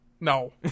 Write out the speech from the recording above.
No